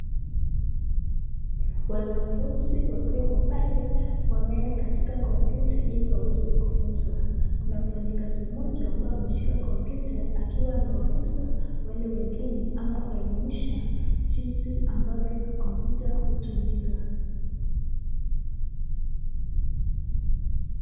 Wanafunzi wakiwemo pale wameenda katika kompyuta hili waweze kufunza, kuna mfanyikazi moja ambaye ameshika kompyuta akiwa wakiwafunza wale wengine ama kuwaelimisha jinzi ambavyo kompyuta hutumika.